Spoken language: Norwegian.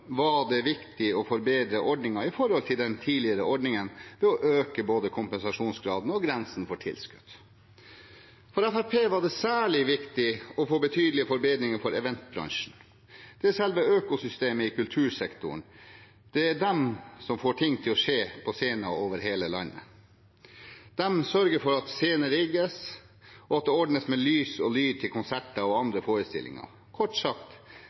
var det viktig å forbedre ordningen i forhold til den tidligere ordningen, ved å øke både kompensasjonsgraden og grensen for tilskudd. For Fremskrittspartiet var det særlig viktig å få betydelige forbedringer for eventbransjen. Det er selve økosystemet i kultursektoren. Det er de som får ting til å skje på scener over hele landet. De sørger for at scener rigges, og for at det ordnes med lys og lyd til konserter og andre forestillinger. Kort sagt: